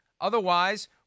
Otherwise